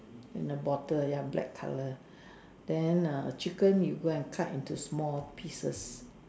in a bottle ya black colour then err chicken you go and cut into small pieces